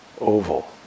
oval